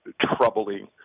troubling